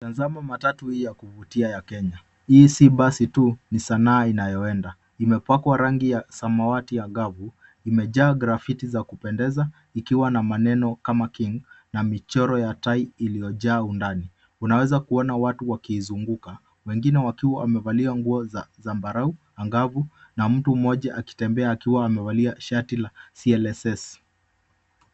Tazama matatu hii ya kuvutia ya Kenya. Hii si basi tu, ni sanaa inayoenda. Imepakwa rangi ya samawati angavu, imejaa grafiti za kupendeza, ikiwa na maneno kama king , na michoro ya tai iliyojaa undani. Unaweza kuona watu wakiizunguka, wengine wakiwa wamevalia nguo za zambarau angavu, na mtu mmoja akitembea akiwa amevalia shati la CLSS.